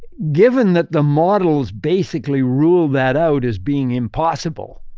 given that the models basically rule that out as being impossible,